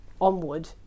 onward